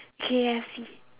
K_F_C